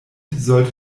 sollte